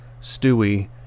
Stewie